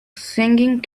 singing